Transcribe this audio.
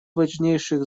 важнейших